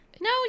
No